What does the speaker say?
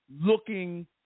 looking